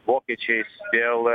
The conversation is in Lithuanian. vokiečiais dėl